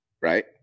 right